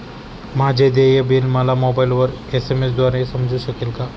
माझे देय बिल मला मोबाइलवर एस.एम.एस द्वारे समजू शकेल का?